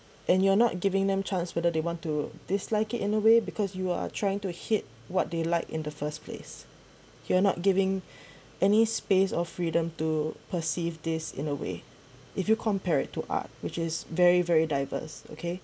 and you're not giving them chance whether they want to dislike it in a way because you are trying to hit what they like in the first place you are not giving any space of freedom to perceive this in a way if you compare it to art which is very very diverse okay